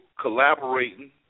collaborating